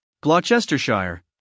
Gloucestershire